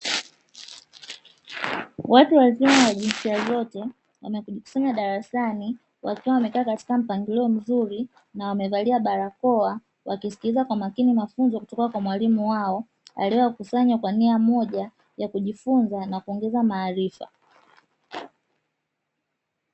Watu wazee wa jinsia zote wanapojikusanya darasani wakiwa wamekaa katika mpangilio mzuri, na wamevalia barakoa wakisikiliza kwa makini mafunzo kutoka kwa mwalimu wao, aliyoyakusanya kwa nia moja ya kujifunza na kuongeza maarifa.